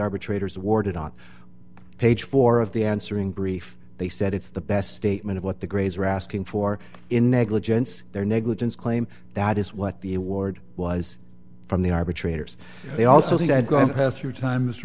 arbitrators awarded on page four of the answering brief they said it's the best statement of what the greys are asking for in negligence their negligence claim that is what the award was from the arbitrators they also said going to pass through time